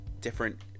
different